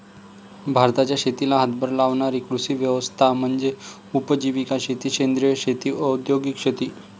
भारताच्या शेतीला हातभार लावणारी कृषी व्यवस्था म्हणजे उपजीविका शेती सेंद्रिय शेती औद्योगिक शेती